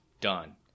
done